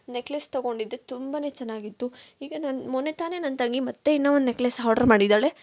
necklace ತೊಗೊಂಡಿದ್ದೆ ತುಂಬಾನೆ ಚೆನ್ನಾಗಿತ್ತು ಈಗ ನಾನು ಮೊನ್ನೆ ತಾನೆ ನನ್ನ ತಂಗಿ ಮತ್ತೆ ಇನ್ನು ಒಂದು ನೆಕ್ಲೆಸ್ ಹಾರ್ಡರ್ ಮಾಡಿದ್ದಾಳೆ